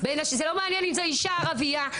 זה לא מעניין אם זו אישה ערבייה,